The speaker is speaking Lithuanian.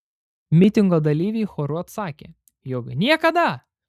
mitingo dalyviai choru atsakė jog niekada